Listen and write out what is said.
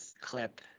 clip